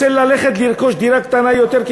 רוצה ללכת לרכוש דירה קטנה יותר כי